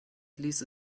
ließe